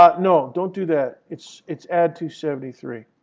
but no, don't do that. it's it's add to seventy three.